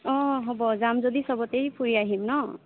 অঁ হ'ব যাম যদি চবতেই ফুৰি আহিম ন